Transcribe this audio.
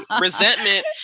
Resentment